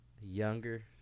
Younger